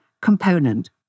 component